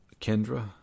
Kendra